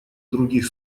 других